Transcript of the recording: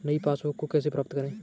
नई पासबुक को कैसे प्राप्त करें?